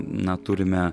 na turime